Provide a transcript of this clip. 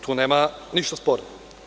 Tu nema ništa sporno.